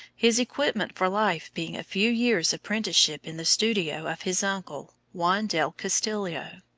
his equipment for life being a few years' apprenticeship in the studio of his uncle, juan del castillo.